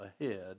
ahead